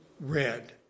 red